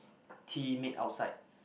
tea made outside